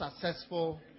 successful